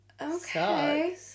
okay